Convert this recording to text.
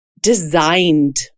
designed